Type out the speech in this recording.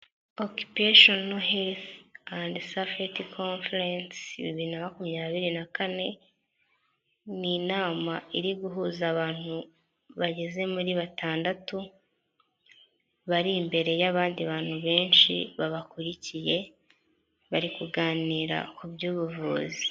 Okipeshono helifu endi safuti komferensi bibiri na makumyabiri na kane, ni inama iri guhuza abantu bageze muri batandatu, bari imbere y'abandi bantu benshi babakurikiye, bari kuganira ku by'ubuvuzi.